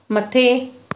मथे